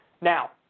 Now